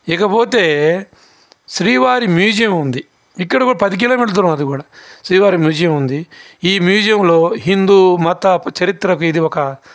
ఇకపోతే శ్రీవారి మ్యూజియం ఉంది ఇక్కడ కూడా పది కిలోమీటర్ల దూరం అది కూడా శ్రీవారి మ్యూజియం ఉంది ఈ మ్యూజియంలో హిందూ మత చరిత్ర ఇది ఒక